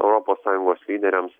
europos sąjungos lyderiams